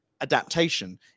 adaptation